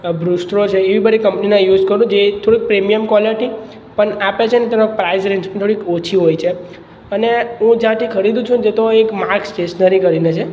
Brustro છે એવી બધી કંપનીનાં યુસ કરું જે થોડુંક પ્રીમિયમ કોલેટી પણ આપે છે ને તેમાં પ્રાઇઝ રેન્જ થોડીક ઓછી હોય છે અને હું જ્યાંથી ખરીદું છું ને તો એક માર્કસ સ્ટેસનરી કરીને છે